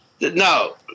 No